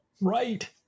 Right